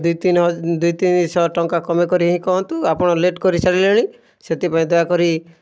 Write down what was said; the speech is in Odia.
ଦୁଇ ତିନି ହଜା ଦୁଇ ତିନି ଶହ ଟଙ୍କା କମେଇ କରି ହି କହନ୍ତୁ ଆପଣ ଲେଟ୍ କରିସାରିଲେଣି ସେଥିପାଇଁ ଦୟାକରି